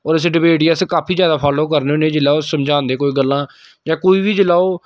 होर इस डेबेट गी अस काफी जैदा फाॅलो करने होन्ने जिसलै ओह् समझांदे कोई गल्ला जां कोई बी जिसलै ओह्